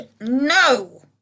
no